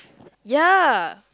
ya